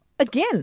Again